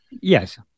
Yes